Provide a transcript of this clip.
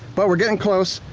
but we're getting close,